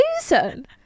susan